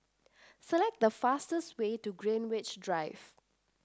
select the fastest way to Greenwich Drive